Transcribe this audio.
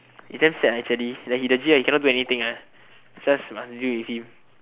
he damn sad ah actually like he the g_l he cannot do anything ah just must deal with him